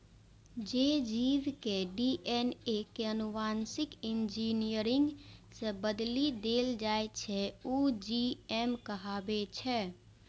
जे जीव के डी.एन.ए कें आनुवांशिक इंजीनियरिंग सं बदलि देल जाइ छै, ओ जी.एम कहाबै छै